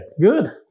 Good